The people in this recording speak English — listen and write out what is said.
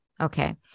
Okay